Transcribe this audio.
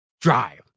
Drive